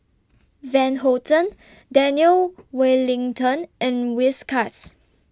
Van Houten Daniel Wellington and Whiskas